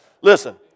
Listen